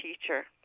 teacher